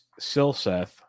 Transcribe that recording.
Silseth